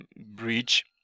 bridge